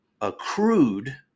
accrued